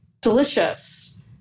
delicious